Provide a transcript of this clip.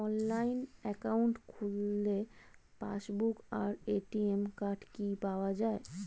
Online account খুললে passbook আর ATM card কি পাওয়া যায়?